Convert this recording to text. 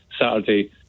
Saturday